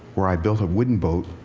where i built a wooden boat,